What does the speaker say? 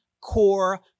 core